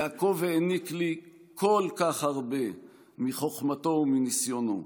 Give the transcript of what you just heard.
יעקב העניק לי כל כך הרבה מחוכמתו ומניסיונו.